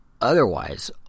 Otherwise